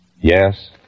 Yes